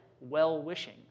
well-wishing